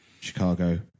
Chicago